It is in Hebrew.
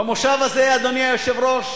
במושב הזה, אדוני היושב-ראש,